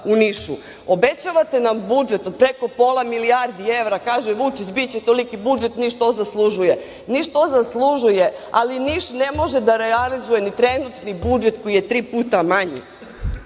u Nišu. Obećavate nam budžet od preko pola milijardi evra. Kaže Vučić – biće toliki budžet, Niš to zaslužuje. Niš to zaslužuje, ali Niš ne može da realizuje ni trenutni budžet koji je tri puta manji.